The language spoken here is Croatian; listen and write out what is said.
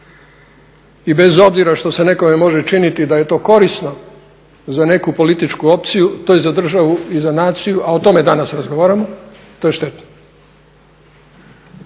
I bez obzira što se nekome može činiti da je to korisno za neku političku opciju, to je za državu i za naciju, a o tome danas razgovaramo to je šteta.